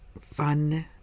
fun